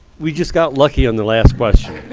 we just got lucky on the last question.